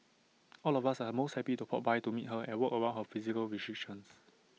all of us are most happy to pop by to meet her and work around her physical restrictions